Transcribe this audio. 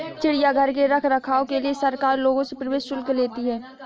चिड़ियाघर के रख रखाव के लिए सरकार लोगों से प्रवेश शुल्क लेती है